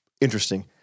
interesting